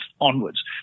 onwards